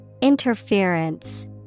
Interference